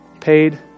paid